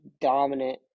dominant